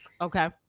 Okay